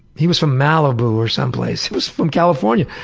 he was from malibu or someplace. he was from california,